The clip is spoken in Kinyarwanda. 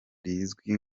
rizwi